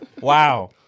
Wow